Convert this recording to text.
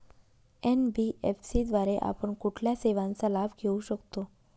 NBFC द्वारे आपण कुठल्या सेवांचा लाभ घेऊ शकतो?